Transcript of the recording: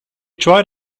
tried